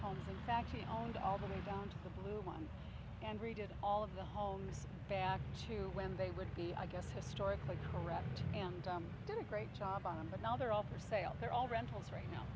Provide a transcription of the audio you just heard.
homes in fact he owned all the many towns the blue ones and read it all of the homes back to when they would be i guess historically correct and then a great job on them but now they're off the sale they're all rentals right now